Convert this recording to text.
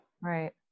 Right